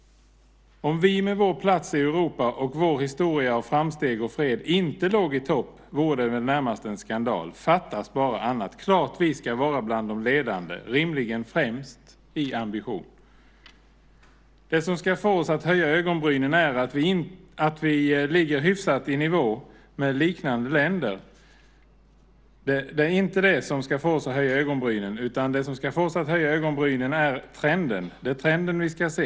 Om vi med vår plats i Europa och vår historia av framsteg och fred inte låg i topp vore det närmast en skandal! Fattas bara annat. Det är klart att vi ska vara bland de ledande, rimligen främst i ambition. Det som ska få oss att höja ögonbrynen är inte att vi ligger hyfsat i nivå med likartade länder. Det som ska få oss att höja ögonbrynen är trenden. Det är trenden vi ska se.